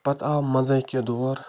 پَتہٕ آو مَنٛزٕے کیٚنہہ دور